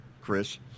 chris